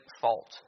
fault